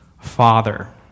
Father